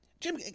Jim